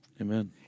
Amen